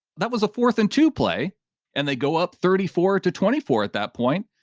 that was a fourth and to play and they go up thirty four to twenty four that point,